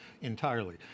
entirely